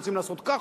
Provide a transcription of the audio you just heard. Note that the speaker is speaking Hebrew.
רוצים לעשות כך,